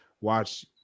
watch